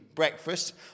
breakfast